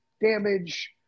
damage